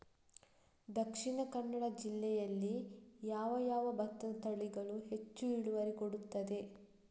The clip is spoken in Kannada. ದ.ಕ ಜಿಲ್ಲೆಯಲ್ಲಿ ಯಾವ ಯಾವ ಭತ್ತದ ತಳಿಗಳು ಹೆಚ್ಚು ಇಳುವರಿ ಕೊಡುತ್ತದೆ?